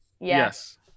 Yes